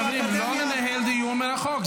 --- חברים, לא לנהל דיון מרחוק.